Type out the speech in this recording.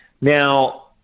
now